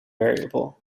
variable